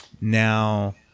Now